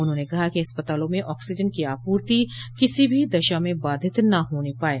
उन्होंने कहा कि अस्पतालों में आक्सीजन की आपूर्ति किसी भी दशा में बाधित न होने पाये